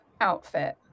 outfit